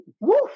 woof